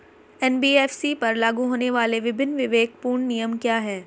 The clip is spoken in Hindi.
एन.बी.एफ.सी पर लागू होने वाले विभिन्न विवेकपूर्ण नियम क्या हैं?